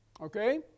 Okay